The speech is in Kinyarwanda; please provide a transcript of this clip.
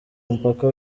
umupaka